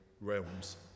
realms